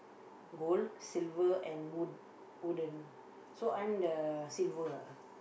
gold silver and wood~ wooden so I'm the silver ah